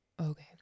Okay